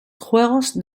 juegos